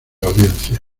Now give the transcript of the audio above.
audiencia